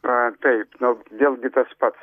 na taip nu vėlgi tas pats